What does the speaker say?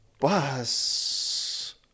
Bus